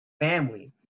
family